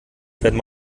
werden